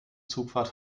zugfahrt